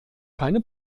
keine